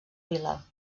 vila